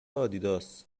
آدیداس